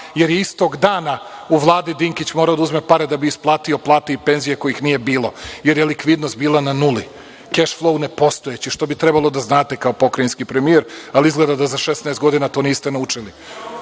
jer je istog dana u Vladi Dinkić morao da uzme pare da bi isplatio plate i penzije kojih nije bilo, jer je likvidnost bila na nuli, keš flou nepostojeći, što bi trebalo da znate kao pokrajinski premijer, ali izgleda da za 16 godina to niste naučili. Šta